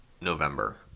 November